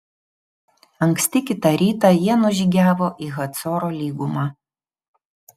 anksti kitą rytą jie nužygiavo į hacoro lygumą